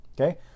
Okay